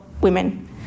women